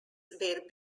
were